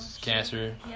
cancer